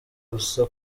gusa